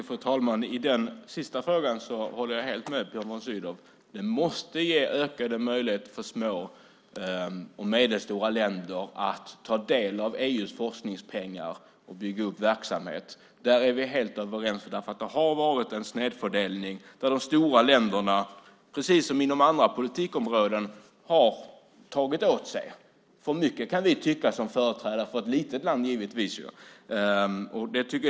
Fru talman! I den sista frågan håller jag helt med Björn von Sydow. Det måste ges ökade möjligheter för små och medelstora länder att ta del av EU:s forskningspengar och att bygga upp verksamhet. Där är vi alltså helt överens. Det har varit en snedfördelning. De stora länderna har, precis som inom andra politikområden, tagit åt sig - för mycket kan vi som företrädare för ett litet land givetvis tycka.